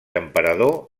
emperador